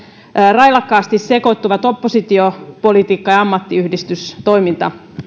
railakkaasti sekoittuvat oppositiopolitiikka ja ammattiyhdistystoiminta